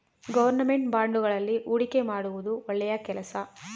government ಬಾಂಡುಗಳಲ್ಲಿ ಹೂಡಿಕೆ ಮಾಡುವುದು ಒಳ್ಳೆಯ ಕೆಲಸ